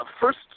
First